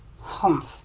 Humph